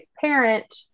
parent